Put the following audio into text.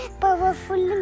powerful